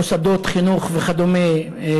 מוסדות חינוך וכדומה.